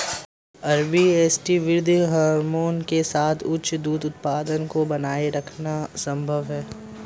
RBST वृद्धि hormone के साथ उच्च दूध उत्पादन को बनाए रखना संभव है